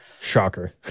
Shocker